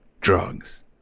drugs